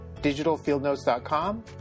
digitalfieldnotes.com